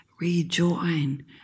rejoin